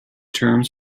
terms